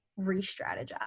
re-strategize